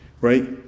right